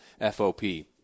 FOP